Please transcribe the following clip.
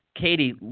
Katie